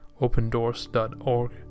opendoors.org